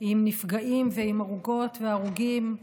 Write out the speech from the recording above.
עם נפגעים ועם הרוגות והרוגים,